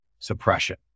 Suppression